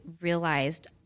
realized